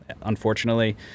unfortunately